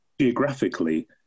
geographically